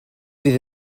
fydd